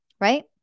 Right